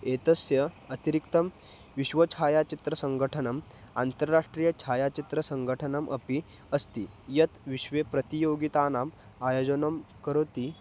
एतस्य अतिरिक्तं विश्वछायाचित्रसङ्गठनम् अन्ताराष्ट्रीय छायाचित्रसङ्गठनम् अपि अस्ति यत् विश्वे प्रतियोगितानाम् आयोजनं करोति